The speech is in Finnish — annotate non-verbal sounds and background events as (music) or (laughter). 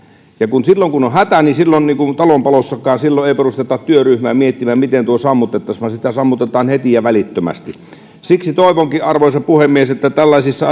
kun on hätä silloin niin kuin talon palossakaan ei perusteta työryhmää miettimään miten tuo sammutettaisiin vaan sitä sammutetaan heti ja välittömästi siksi toivonkin arvoisa puhemies että kun tällaisissa (unintelligible)